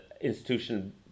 institution